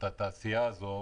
את התעשייה הזאת,